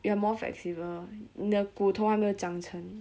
you are more flexible 你的骨头还没有长成